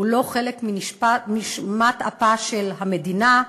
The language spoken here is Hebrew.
הם לא חלק מנשמת אפה של המדינה,